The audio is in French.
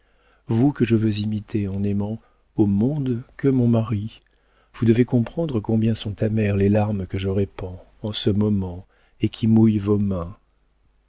vous que je veux imiter en n'aimant au monde que mon mari vous devez comprendre combien sont amères les larmes que je répands en ce moment et qui mouillent vos mains